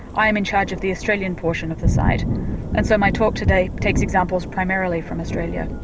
i am in charge of the australian portion of the site and so my talk today takes examples primarily from australia.